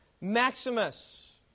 Maximus